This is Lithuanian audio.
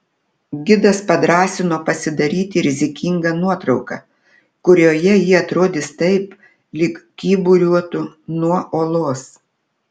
gidas padrąsino pasidaryti rizikingą nuotrauką kurioje ji atrodys taip lyg kyburiuotų nuo uolos